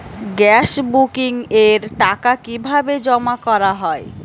Gas বুকিংয়ের টাকা কিভাবে জমা করা হয়?